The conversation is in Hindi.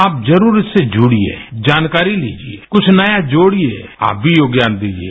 आप जरूर इससे जूडिये जानकारी लिजिये कुछ नया जोडिये आप भी योगदान दीजिये